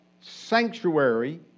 sanctuary